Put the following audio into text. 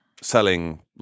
selling